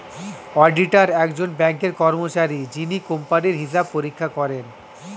auditor একজন ব্যাঙ্কের কর্মচারী যিনি কোম্পানির হিসাব পরীক্ষা করেন